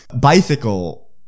Bicycle